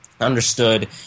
understood